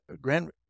Grand